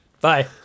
Bye